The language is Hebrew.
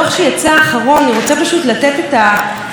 הוא יצא לאור אותו הסכם פריז,